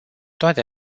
toate